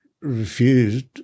refused